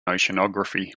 oceanography